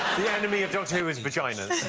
the enemy of doctor who is vaginas?